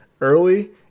early